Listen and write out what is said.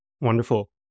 Wonderful